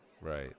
Right